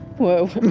whoa.